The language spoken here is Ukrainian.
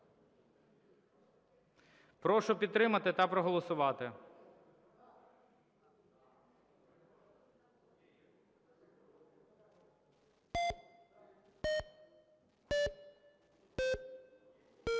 Прошу підтримати та проголосувати.